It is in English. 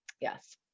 yes